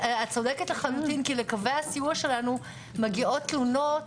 את צודקת לחלוטין כי לקווי הסיוע שלנו מגיעות תלונות